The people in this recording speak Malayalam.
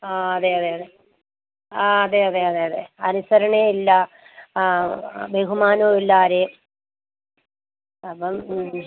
ആ അതെ അതെ അതെ ആ അതെ അതെ അതെ അതെ അനുസരണയും ഇല്ല ആ ബഹുമാനവും ഇല്ല ആരേയും അപ്പം എനിക്ക്